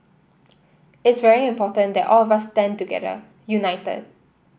it's very important that all of us stand together united